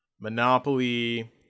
monopoly